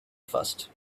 first